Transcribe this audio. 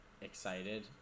excited